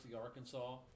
Arkansas